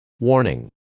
Warning